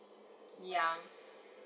ya